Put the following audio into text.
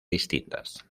distintas